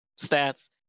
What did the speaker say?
stats